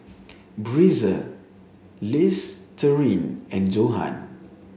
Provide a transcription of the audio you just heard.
Breezer Listerine and Johan